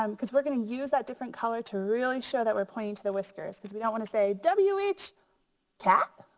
um because we're gonna use that different color to really show that we're pointing to the whiskers because we don't wanna say w h cat?